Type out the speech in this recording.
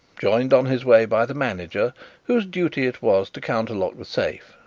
joined on his way by the manager whose duty it was to counterlock the safe,